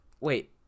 wait